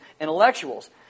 intellectuals